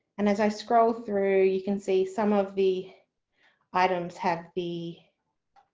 and as i scroll through you can see. some of the items. have the.